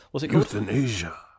euthanasia